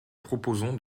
proposons